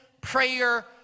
prayer